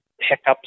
hiccups